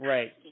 Right